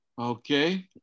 Okay